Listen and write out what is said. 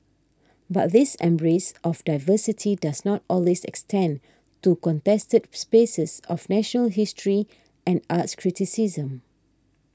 but this embrace of diversity does not always extend to contested spaces of national history and arts criticism